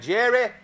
Jerry